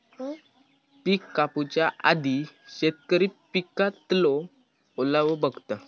पिक कापूच्या आधी शेतकरी पिकातलो ओलावो बघता